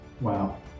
Wow